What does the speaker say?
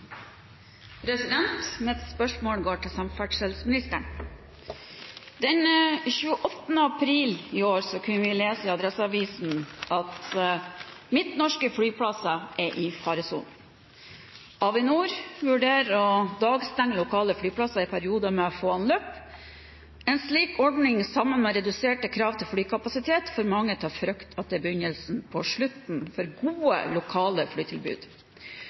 Mitt spørsmål går til samferdselsministeren. Den 28. april i år kunne vi lese i Adresseavisen at midtnorske flyplasser er i faresonen. Avinor vurderer å dagstenge lokale flyplasser i perioder med få anløp. En slik ordning sammen med reduserte krav til flykapasitet får mange til å frykte at det er begynnelsen på slutten for gode lokale flytilbud.